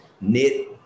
knit